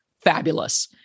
Fabulous